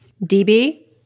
DB